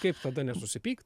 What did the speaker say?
kaip tada nesusipykt